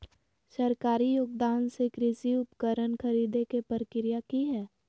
सरकारी योगदान से कृषि उपकरण खरीदे के प्रक्रिया की हय?